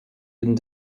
didn’t